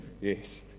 yes